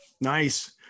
Nice